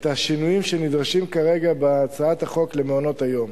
השינויים שנדרשים כרגע בהצעת חוק מעונות-היום,